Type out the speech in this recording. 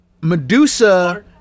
Medusa